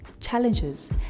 challenges